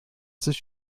sich